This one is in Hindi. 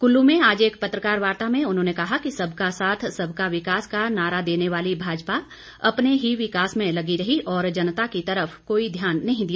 कुल्लू में आज एक पत्रकार वार्ता में उन्होंने कहा कि सबका साथ सबका विकास का नारा देने वाली भाजपा अपने ही विकास में लगी रही और जनता की तरफ कोई ध्यान नहीं दिया